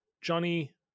Johnny